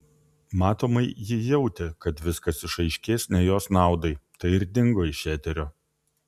matomai ji jautė kad viskas išaiškės ne jos naudai tai ir dingo iš eterio